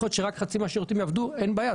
יכול להיות שרק חצי מהשירותים יעבדו - אין בעיה.